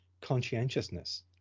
conscientiousness